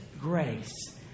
grace